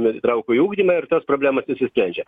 įtraukųjį ugdymą ir tos problemos išsisprendžia